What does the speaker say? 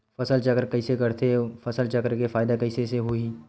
फसल चक्र कइसे करथे उ फसल चक्र के फ़ायदा कइसे से होही?